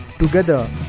together